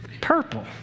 purple